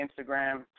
Instagram